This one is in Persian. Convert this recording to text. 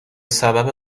سبب